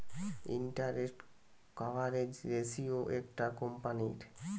interest coverage ratio একটা কোম্পানীর